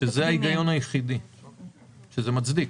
ההיגיון היחיד שמצדיק.